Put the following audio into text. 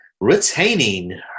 retaining